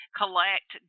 collect